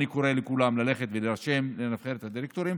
אני קורא לכולם ללכת ולהירשם לנבחרת הדירקטורים.